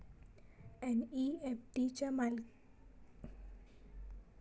NEFT ची मालकी आणि संचालकत्व भारतीय रिझर्व बँकेकडे आसा